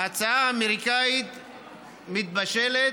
ההצעה האמריקנית מתבשלת,